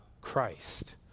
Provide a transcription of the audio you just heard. Christ